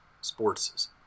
sports